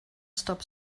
stop